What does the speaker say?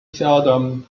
seldom